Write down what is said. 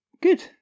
good